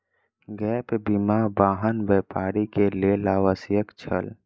gap बीमा, वाहन व्यापारी के लेल आवश्यक छल